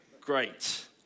Great